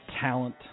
talent